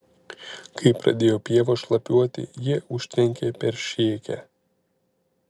kai pradėjo pievos šlapiuoti jie užtvenkė peršėkę